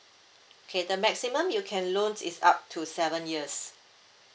okay the maximum you can loans is up to seven years